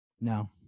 No